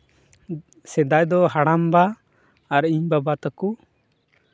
ᱥᱮᱫᱟᱭ ᱫᱚ ᱦᱟᱲᱟᱢ ᱵᱟ ᱟᱨ ᱤᱧ ᱵᱟᱵᱟ ᱛᱟᱠᱚ